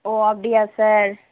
ஓ அப்படியா சார்